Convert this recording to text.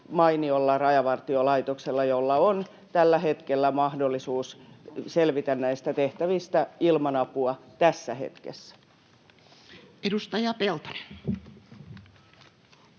mainiolla Rajavartiolaitoksella, jolla on tällä hetkellä mahdollisuus selvitä näistä tehtävistä ilman apua, tässä hetkessä. [Speech